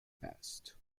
past